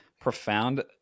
profound